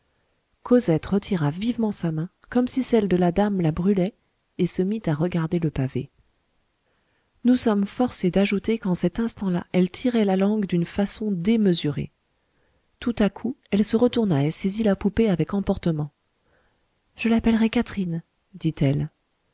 cosette retira vivement sa main comme si celle de la dame la brûlait et se mit à regarder le pavé nous sommes forcé d'ajouter qu'en cet instant-là elle tirait la langue d'une façon démesurée tout à coup elle se retourna et saisit la poupée avec emportement je l'appellerai catherine dit-elle